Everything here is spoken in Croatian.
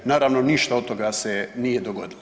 Naravno ništa od toga se nije dogodilo.